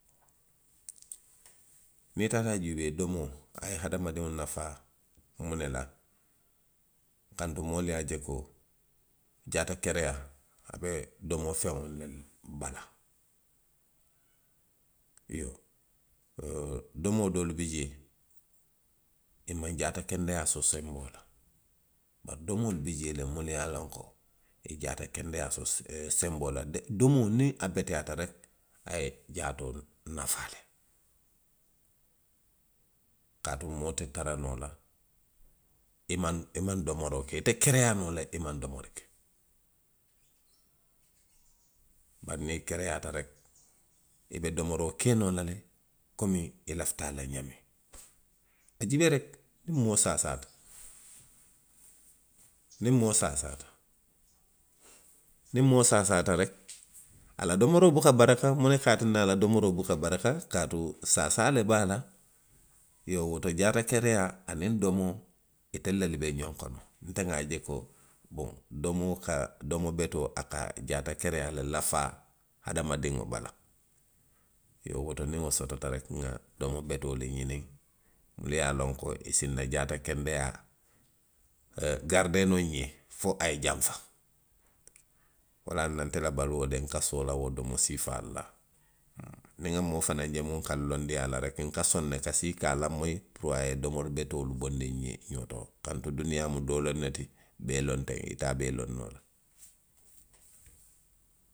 Niŋ i taata juubee domo, a ye hadamadiŋo nafaa muŋ ne la. kaatu moolu ye a je ko, jaatakereyaa, a be domofeŋolu le bala. Iyoo, domo doolu bi jee, i maŋ jaatakendeyaa so senboo la. bari doolu bi je le minnu ye a loŋ ko ika jaatakendeyaa so,, senboo la le, domo niŋ a beteyata reki, a ye jaatoo nafaa le. Kaatu moo te tara noo la i maŋ, i maŋ domoroo ke, i te kereyaa noo la, ite kereyaa noo la i maŋ domori ke iyoo mee niŋ i kereyaata reki, i be domoroo ke noo la le komo i lafita a la ňaamiŋ. A jiibee reki, niŋ moo saasaata, niŋ moo saasaata. niŋ moo saata reki, a la domoroo buka baraka, muŋ ne se a tinna a la domoroo buka baraka, kaatu saasaa le be a la. Iyoo wo to jaatakereyaa aniŋ domooitelu lelu be ňoŋ kono. Nte nŋa je ko, boŋ domoo ka, domo betoo a ka jaatakereyaa le lafaa hadamadiŋo bala. Iyoo woto niŋ wo sotota reki, nŋa domo betoolu ňiniŋ, munnu ye a loŋ ko i si nna jaatakendeyaa ee. garidee noo nxe fo a ye janfa. Wolaŋ na nte la baluo de, nka soola wodomo siifaalu la, haa. Uŋ, niŋ nŋa moo fanaŋ je muŋ ka nlonndi a la reki nka soŋ ne parisiko i ka a lamoyi luwaa ye domori betoolu bondi nňe kaatu duniyaa mu doo loŋ ne, bee loŋ nteŋ, ite a bee loŋ noo la.